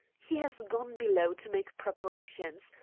he has gone below to make preparations.